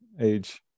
age